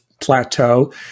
plateau